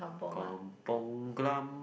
Kampung-Glam